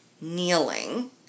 kneeling